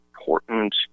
important